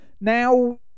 Now